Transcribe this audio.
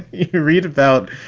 you read about,